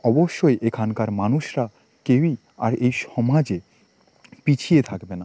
অবশ্যই এখানকার মানুষরা কেউই আর এই সমাজে পিছিয়ে থাকবে না